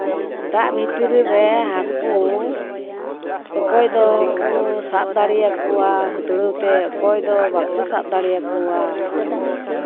ᱫᱟᱜ ᱵᱷᱤᱛᱨᱤ ᱨᱮ ᱦᱟᱹᱠᱩ ᱚᱠᱚᱭ ᱫᱚᱠᱚ ᱥᱟᱵ ᱫᱟᱲᱮ ᱟᱠᱚᱣᱟ ᱦᱟᱹᱛᱲᱟᱹᱣ ᱛᱮ ᱚᱠᱚᱭ ᱫᱚ ᱵᱟᱠᱚ ᱥᱟᱵ ᱫᱟᱲᱮᱭᱟᱠᱚᱣᱟ